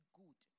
good